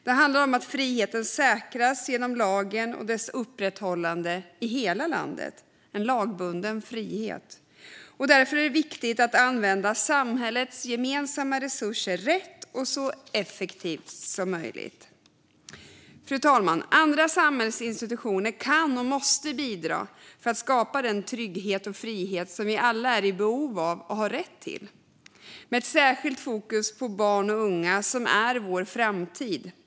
Det handlar om att friheten säkras genom lagen och dess upprätthållande i hela landet - en lagbunden frihet. Det är därför viktigt att använda samhällets gemensamma resurser rätt och så effektivt som möjligt. Fru talman! Andra samhällsinstitutioner kan och måste bidra för att skapa den trygghet och frihet som vi alla är i behov av och har rätt till, med särskilt fokus på barn och unga, som är vår framtid.